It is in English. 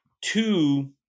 Two